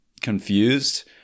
confused